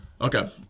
Okay